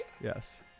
yes